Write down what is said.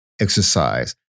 exercise